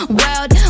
world